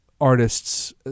artists